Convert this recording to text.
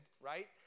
right